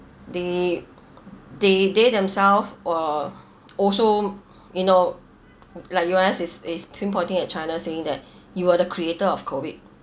they they they themselves were also you know like U_S is is pinpointing at china saying that you are the creator of COVID